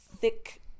thick